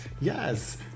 yes